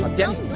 don't